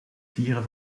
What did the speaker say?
vieren